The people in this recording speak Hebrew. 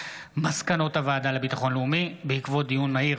עוד הונחו על שולחן הכנסת מסקנות הוועדה לביטחון לאומי בעקבות דיון מהיר